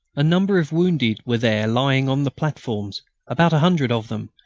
a number of wounded were there lying on the platforms about a hundred of them,